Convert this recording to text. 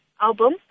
album